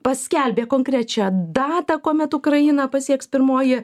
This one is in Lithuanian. paskelbė konkrečią datą kuomet ukrainą pasieks pirmoji